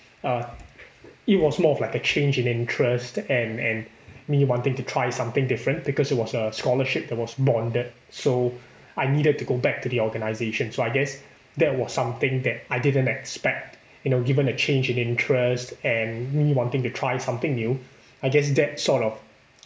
uh it was more of like a change in interest and and me wanting to try something different because it was a scholarship that was bonded so I needed to go back to the organisation so I guess that was something that I didn't expect you know given a change in interest and me wanting to try something new I guess that sort of